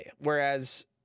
whereas